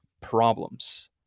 problems